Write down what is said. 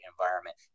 environment